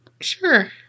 Sure